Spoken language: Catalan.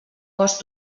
cost